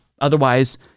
otherwise